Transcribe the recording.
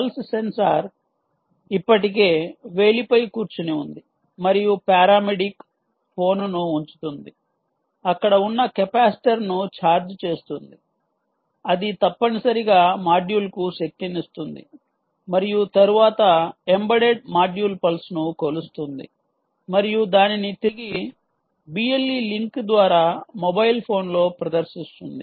pulse sensor ఇప్పటికే వేలిపై కూర్చొని ఉంది మరియు పారామెడిక్ ఫోన్ను ఉంచుతుంది అక్కడ ఉన్న కెపాసిటర్ను ఛార్జ్ చేస్తుంది అది తప్పనిసరిగా మాడ్యూల్కు శక్తినిస్తుంది మరియు తరువాత ఎంబెడెడ్ మాడ్యూల్ పల్స్ను కొలుస్తుంది మరియు దానిని తిరిగి BLE లింక్ ద్వారా మొబైల్ ఫోన్లో ప్రదర్శిస్తుంది